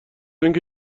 اینکه